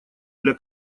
для